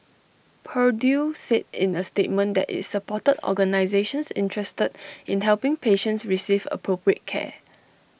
purdue said in A statement that IT supported organisations interested in helping patients receive appropriate care